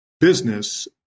business